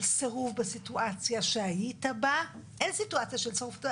סירוב בסיטואציה שהיית בה אין סיטואציה של סירוב,